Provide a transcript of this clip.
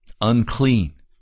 Unclean